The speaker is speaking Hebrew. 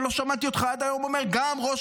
ולא שמעתי אותך עד היום אומר: גם ראש